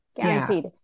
guaranteed